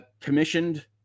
commissioned